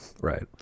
Right